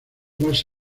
más